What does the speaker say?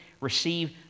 receive